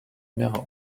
know